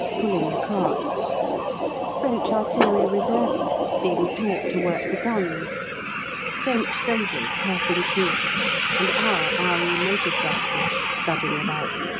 pulling the carts french artillery reservists being taught to work the guns french soldiers passing through and our r e. motor-cyclists scudding about.